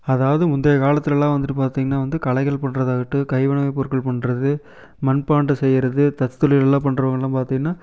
அதாவது முந்தைய காலத்துலலாம் வந்துவிட்டு பார்த்திங்கனா வந்து கலைகள் பண்ணுறதாகட்டும் கைவினைப் பொருட்கள் பண்ணுறது மண்பாண்டம் செய்யறது தச்சு தொழிலெல்லாம் பண்ணுறவங்கள்லாம் பார்த்திங்கனா